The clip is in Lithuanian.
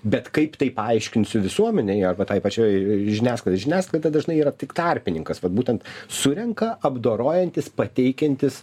bet kaip tai paaiškinsiu visuomenei arba tai pačiai žiniasklaidai žiniasklaida dažnai yra tik tarpininkas vat būtent surenka apdorojantis pateikiantis